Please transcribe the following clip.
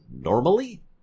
normally